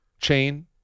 chain